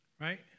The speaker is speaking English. right